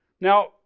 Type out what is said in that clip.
Now